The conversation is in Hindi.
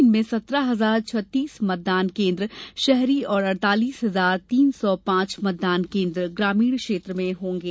इनमें सत्रह हजार छत्तीस मतदान केन्द्र शहरी और अड़तालीस हजार तीन सौ पांच मतदान केंद्र ग्रामीण क्षेत्र में होंगे